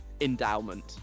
endowment